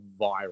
viral